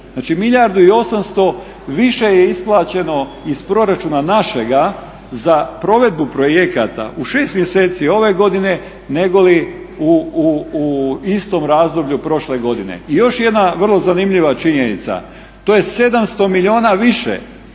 milijardu i 800 više je isplaćeno iz proračuna našega za provedbu projekata u šest mjeseci ove godine negoli u istom razdoblju prošle godine. I još jedna vrlo zanimljiva činjenica. To je 700 milijuna više